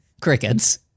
crickets